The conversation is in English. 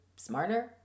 Smarter